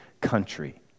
country